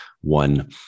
one